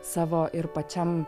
savo ir pačiam